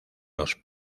los